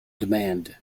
demand